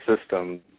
system